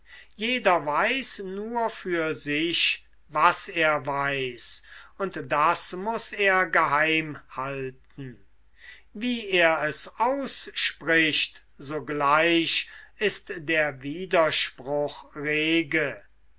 jeder weiß nur für sich was er weiß und das muß er geheimhalten wie er es ausspricht sogleich ist der widerspruch rege